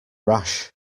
rash